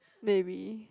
maybe